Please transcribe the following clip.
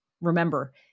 Remember